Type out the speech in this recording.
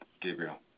Gabriel